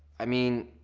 i mean,